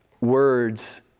Words